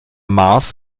mars